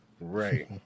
Right